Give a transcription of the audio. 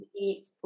eat